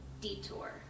detour